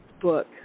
book